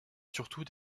surtout